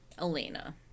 Elena